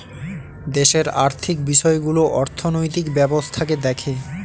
দেশের আর্থিক বিষয়গুলো অর্থনৈতিক ব্যবস্থাকে দেখে